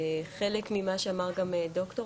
חלק ממה שאמר גם ד"ר